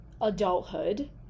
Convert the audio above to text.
adulthood